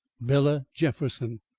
bela jefferson.